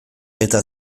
eta